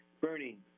Bernie